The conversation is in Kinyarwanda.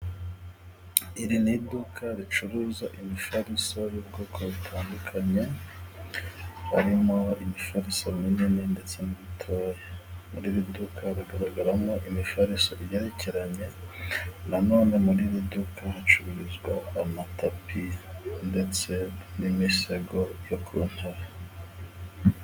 Iri ni iduka ricuruza imifariso y'ubwoko butandukanye harimo imifariso minini ndetse n'imitoya. Muri iri duka haragaragaramo imifariso igerekeranye, na none muri iri duka hacururizwa amatapi ndetse n'imisego byo ku ntare.